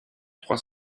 trois